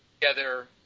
together